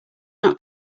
not